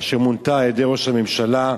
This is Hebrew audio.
אשר מונתה על-ידי ראש הממשלה,